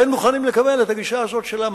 והם מוכנים לקבל את הגישה הזאת שלהם.